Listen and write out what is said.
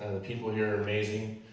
ah people here are amazing.